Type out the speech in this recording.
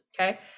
Okay